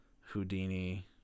Houdini